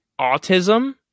autism